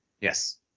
Yes